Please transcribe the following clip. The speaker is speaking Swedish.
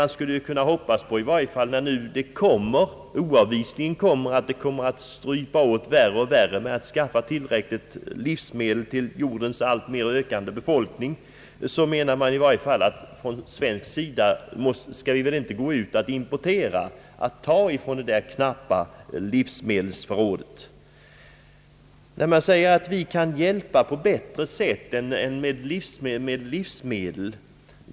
När det nu oavvisligen kommer att strypas åt mer och mer när det gäller att skaffa tillräckligt med livsmedel åt jordens alltmer ökande befolkning bör vi från svensk sida inte öka vår livsmedelsimport och ta mer från de knappa livsmedelstillgångarna i världen. Man säger att vi kan hjälpa u-länderna på bättre sätt än med livsmedel.